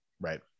Right